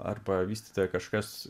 arba vystytoją kažkas